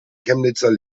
chemnitzer